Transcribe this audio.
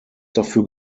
dafür